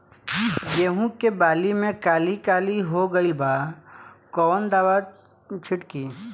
गेहूं के बाली में काली काली हो गइल बा कवन दावा छिड़कि?